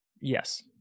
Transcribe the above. Yes